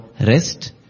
rest